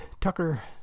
Tucker